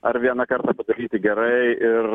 ar vieną kartą padaryti gerai ir